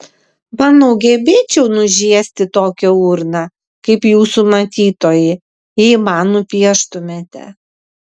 manau gebėčiau nužiesti tokią urną kaip jūsų matytoji jei man nupieštumėte